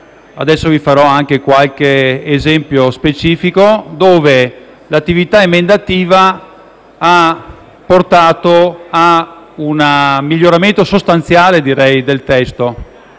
Adesso vi farò anche qualche esempio specifico in cui l'attività emendativa ha portato a un miglioramento sostanziale del testo.